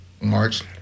March